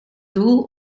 doel